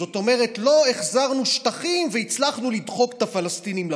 זאת אומרת לא החזרנו שטחים והצלחנו לדחוק את הפלסטינים לפינה.